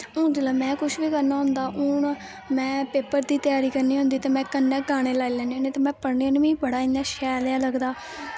हून जिसलै में कुछ बी करना होंदा हून में पेपर दी त्यारी करनी होंदी तां कन्नै गाने लाई लैन्नी होन्नी में पढ़नी होन्नी मिगी बड़ा इ'यां शैल जेहा लगदा